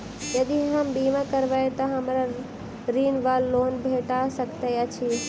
यदि हम बीमा करबै तऽ हमरा ऋण वा लोन भेट सकैत अछि?